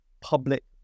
public